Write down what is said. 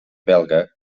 belga